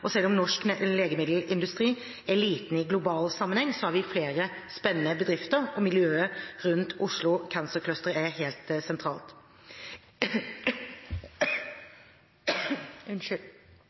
og selv om norsk legemiddelindustri er liten i global sammenheng, har vi flere spennende bedrifter, og miljøet rundt Oslo Cancer Cluster er helt sentralt.